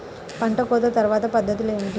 పంట కోత తర్వాత పద్ధతులు ఏమిటి?